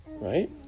right